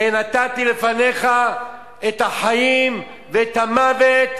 ראה נתתי לפניך את החיים ואת המוות,